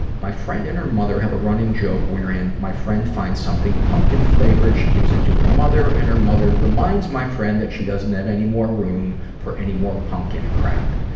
my friend and her mother have a running joke, wherein my friend finds something pumpkin flavored, she gives it to her mother, and her mother reminds my friend that she doesn't have any more room for any more pumpkin crap.